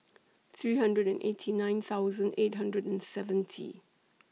three hundred and eighty nine eight hundred and seventy